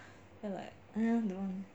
then I'm like !aiya! don't want